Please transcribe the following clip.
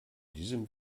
diesem